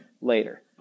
later